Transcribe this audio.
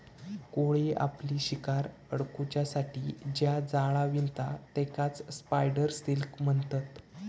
कोळी आपली शिकार अडकुच्यासाठी जा जाळा विणता तेकाच स्पायडर सिल्क म्हणतत